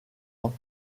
ans